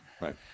right